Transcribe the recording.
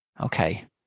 okay